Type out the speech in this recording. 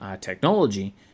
technology